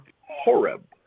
Horeb